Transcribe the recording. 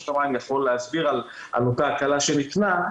המים יכול להסביר על אותה הקלה שניתנה,